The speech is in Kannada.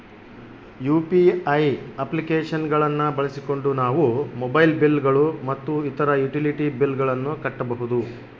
ಯು.ಪಿ.ಐ ಅಪ್ಲಿಕೇಶನ್ ಗಳನ್ನ ಬಳಸಿಕೊಂಡು ನಾವು ಮೊಬೈಲ್ ಬಿಲ್ ಗಳು ಮತ್ತು ಇತರ ಯುಟಿಲಿಟಿ ಬಿಲ್ ಗಳನ್ನ ಕಟ್ಟಬಹುದು